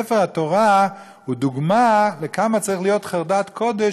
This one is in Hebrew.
ספר התורה הוא דוגמה לכמה צריכה להיות חרדת קודש,